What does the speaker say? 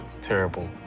terrible